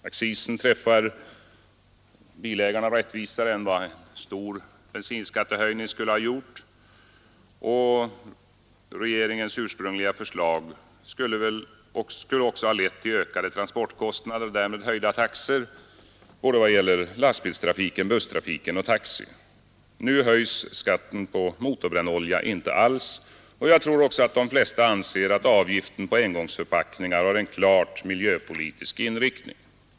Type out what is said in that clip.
Accisen träffar bilägarna rättvisare än vad en stor bensinskattehöjning skulle ha gjort. Regeringens ursprungliga förslag skulle också ha lett till ökade transportkostnader — och därmed höjda taxor — både i vad det gäller lastbilstrafik, busstrafik och taxi. Nu höjs skatten på motorbrännolja inte alls. Jag tror också att de flesta anser att avgiften på engångsförpackningar har en klart miljöpolitisk inriktning.